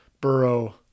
Burrow